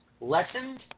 lessened